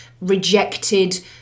rejected